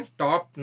top